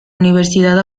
universidad